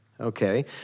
Okay